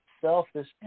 Selfish